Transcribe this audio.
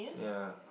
yeah